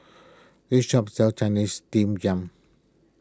this shop sells Chinese Steamed Yam